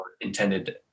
intended